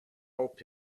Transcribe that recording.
help